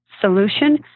solution